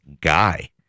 guy